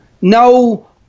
no